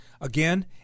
Again